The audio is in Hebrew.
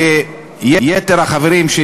או בית-אבות או